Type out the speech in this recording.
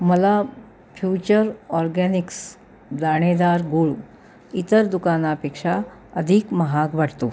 मला Future Organics दाणेदार गुळ इतर दुकानापेक्षा अधिक महाग वाटतो